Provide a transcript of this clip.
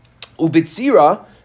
Ubitzira